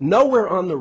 nowhere on the